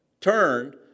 turned